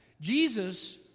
Jesus